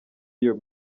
iyo